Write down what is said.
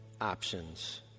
options